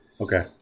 Okay